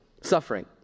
suffering